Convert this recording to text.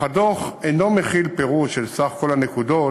אך אין בדוח פירוט של סך כל הנקודות